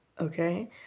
okay